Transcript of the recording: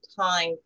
time